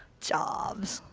jobs.